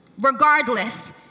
regardless